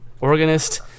organist